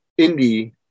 indie